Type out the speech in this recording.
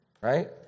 right